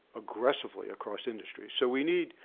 aggressively across industry. so we need,